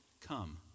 Come